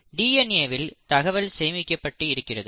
DNA வில் தகவல் சேமிக்கப்பட்டு இருக்கிறது